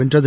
வென்றது